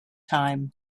time